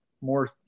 more